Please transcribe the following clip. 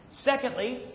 Secondly